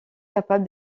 capable